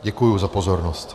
Děkuji za pozornost.